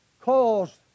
caused